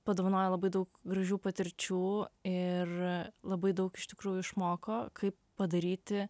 padovanoja labai daug gražių patirčių ir labai daug iš tikrųjų išmoko kaip padaryti